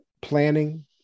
planning